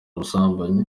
ubusambanyi